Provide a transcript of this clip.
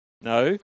no